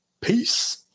peace